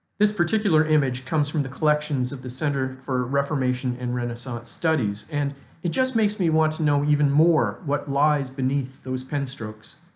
this particular image comes from the collections of the center for reformation and renaissance studies and it just makes me want to know even more what lies beneath those pen strokes.